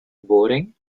boring